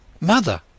Mother